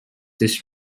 this